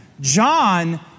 John